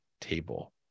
table